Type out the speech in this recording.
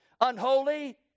Unholy